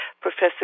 Professor